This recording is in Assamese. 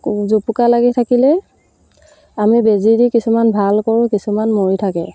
জুপুকা লাগি থাকিলে আমি বেজী দি কিছুমান ভাল কৰোঁ কিছুমান মৰি থাকে